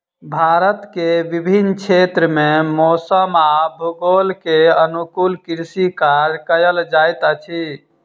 भारत के विभिन्न क्षेत्र में मौसम आ भूगोल के अनुकूल कृषि कार्य कयल जाइत अछि